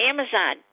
Amazon